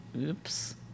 oops